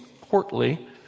portly